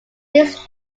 his